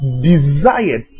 desired